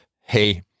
Hey